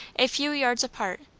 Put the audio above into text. a few yards apart,